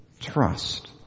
trust